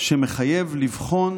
שמחייב לבחון